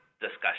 discussion